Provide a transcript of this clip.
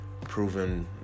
proven